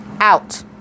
out